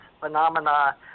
phenomena